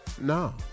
No